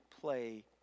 play